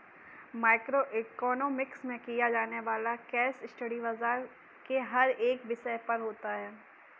micro economics में किया जाने वाला केस स्टडी बाजार के हर एक विषय पर होता है